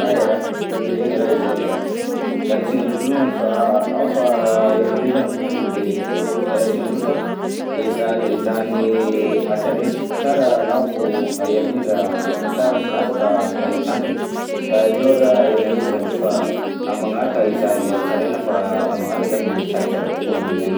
Ay araha, regny raha izany araha, miala tsiny amindreo lohany fa ao fa aherignanay zany volandreo de miala tsiny amindreo fa eza- ezahanay hatsaraina, tsara lavo hahay hamindra tsara ny solafaka hahay hitandrina ka aleo raha aherignanay volandreo fa am'magnaraka ezahanay hatsaraina fa am'magnaraka zany izy tsaratsara kokoa noho niany.